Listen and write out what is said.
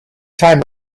time